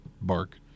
bark